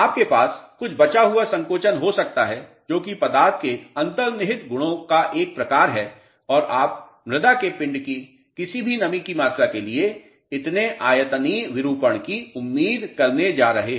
आपके पास कुछ बचा हुआ संकोचन हो सकता है जो कि पदार्थ के अंतर्निहित गुण का एक प्रकार है और आप मृदा के पिंड की किसी भी नमी की मात्रा के लिए इतने आयतनीय विरूपण की उम्मीद करने जा रहे हैं